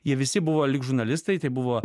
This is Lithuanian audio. jie visi buvo lyg žurnalistai tai buvo